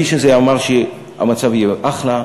האיש הזה אמר שהמצב יהיה אחלה,